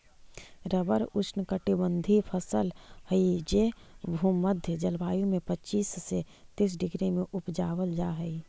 rubber ऊष्णकटिबंधी फसल हई जे भूमध्य जलवायु में पच्चीस से तीस डिग्री में उपजावल जा हई